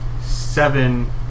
seven